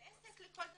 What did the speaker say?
זה עסק לכל דבר ועניין.